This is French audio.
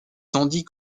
tandis